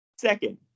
Second